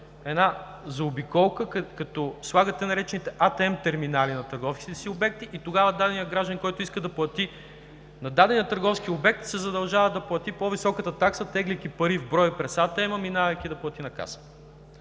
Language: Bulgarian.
една заобиколка като слагат така наречените „АТМ терминали“ на търговските си обекти и тогава даденият гражданин, който иска да плати на дадения търговски обект, се задължава да плати по-високата такса, теглейки пари в брой през АТМ, минавайки да плати на касата.